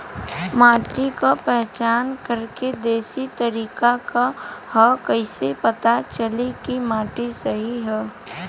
माटी क पहचान करके देशी तरीका का ह कईसे पता चली कि माटी सही ह?